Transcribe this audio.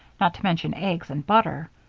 not to mention eggs and butter.